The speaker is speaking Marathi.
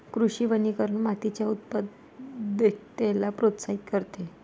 कृषी वनीकरण मातीच्या उत्पादकतेला प्रोत्साहित करते